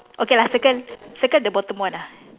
okay lah circle circle the bottom one ah